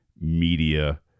media